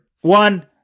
One